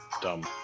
Dumb